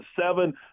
seven